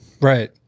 Right